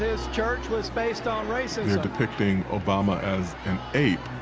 his church was based on racism. they're depicting obama as an ape,